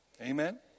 Amen